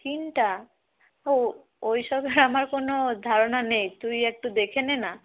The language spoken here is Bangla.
স্ক্রিনটা ও ওইসবে আমার কোনো ধারণা নেই তুই একটু দেখে নে না